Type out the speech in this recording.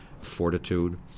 fortitude